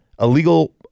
illegal